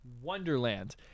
Wonderland